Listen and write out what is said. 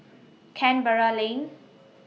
Canberra Lane